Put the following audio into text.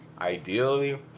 ideally